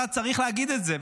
אתה צריך להגיד את זה,